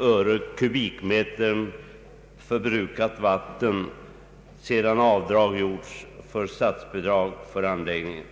öre per kubikmeter förbrukat vatten, sedan avdrag gjorts för statsbidrag till anläggningen.